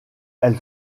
elle